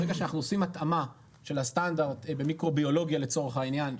ברגע שאנחנו עושים התאמה של הסטנדרט למיקרוביולוגיה לצורך העניין,